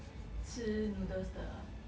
吃 noodles 的